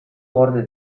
gorde